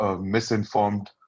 misinformed